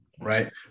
right